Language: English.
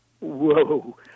Whoa